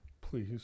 please